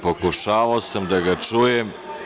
Pokušavao sam da ga čujem.